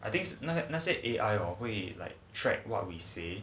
I think 那些 A_I hor 会 track and see